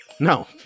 No